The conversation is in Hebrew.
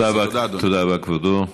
תודה רבה, תודה רבה, כבודו.